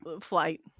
flight